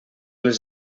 les